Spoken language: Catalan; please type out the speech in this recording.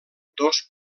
dos